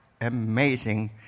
amazing